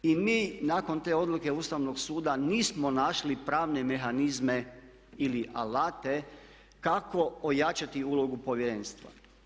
I mi nakon te odluke Ustavnog suda nismo našli pravne mehanizme ili alate kako ojačati ulogu povjerenstva.